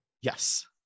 Yes